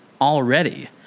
already